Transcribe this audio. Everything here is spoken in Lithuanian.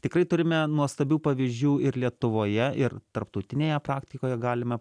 tikrai turime nuostabių pavyzdžių ir lietuvoje ir tarptautinėje praktikoje galime